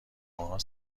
نامههای